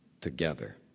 together